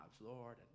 Lord